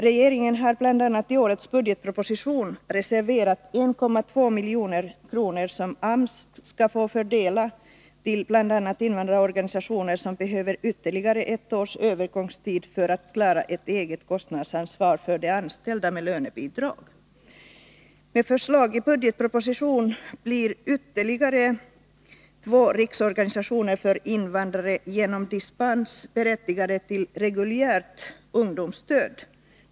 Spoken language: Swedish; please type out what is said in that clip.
Regeringen har bl.a. i årets budgetproposition reserverat 1,2 milj.kr. som AMS skall få fördela till invandrarorganisationer som behöver ytterligare ett års övergångstid för att klara ett eget kostnadsansvar för de anställda med lönebidrag. Regeringen har i budgetpropositionen föreslagit att ytterligare två riksorganisationer för invandrare genom dispens skall bli berättigade till reguljärt ungdomsstöd.